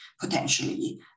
potentially